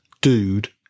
Dude